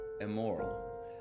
immoral